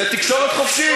זה תקשורת חופשית.